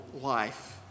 life